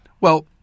Well